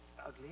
ugly